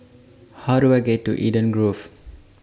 How Do I get to Eden Grove